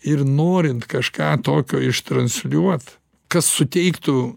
ir norint kažką tokio ištransliuot kas suteiktų